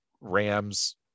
Rams